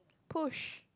push